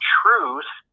truth